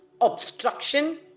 obstruction